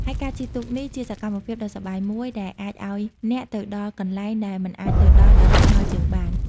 ហើយការជិះទូកនេះជាសកម្មភាពដ៏សប្បាយមួយដែលអាចឲ្យអ្នកទៅដល់កន្លែងដែលមិនអាចទៅដល់ដោយថ្មើរជើងបាន។